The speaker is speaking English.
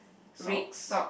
socks